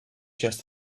just